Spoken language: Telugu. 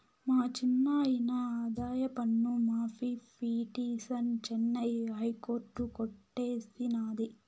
మా చిన్నాయిన ఆదాయపన్ను మాఫీ పిటిసన్ చెన్నై హైకోర్టు కొట్టేసినాది